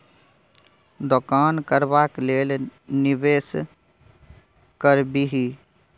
दोकान करबाक लेल निवेश करबिही